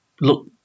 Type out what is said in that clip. look